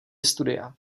studia